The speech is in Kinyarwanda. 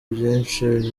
byinshi